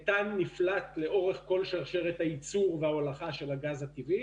מתאן נפלט לאורך כל שרשרת הייצור וההולכה של הגז הטבעי,